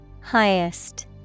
Highest